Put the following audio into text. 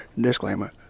Disclaimer